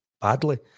badly